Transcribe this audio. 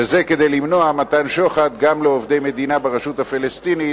וזה כדי למנוע מתן שוחד גם לעובדי מדינה ברשות הפלסטינית,